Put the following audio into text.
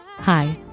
Hi